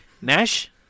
Nash